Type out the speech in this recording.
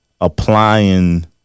Applying